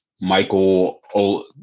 michael